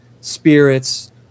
spirits